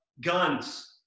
guns